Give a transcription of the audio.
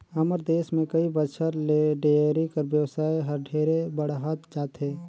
हमर देस में कई बच्छर ले डेयरी कर बेवसाय हर ढेरे बढ़हत जाथे